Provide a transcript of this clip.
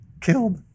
killed